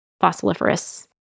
fossiliferous